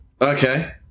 Okay